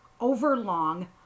overlong